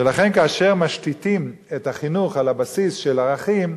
ולכן, כאשר משתיתים את החינוך על הבסיס של ערכים,